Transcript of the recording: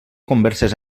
converses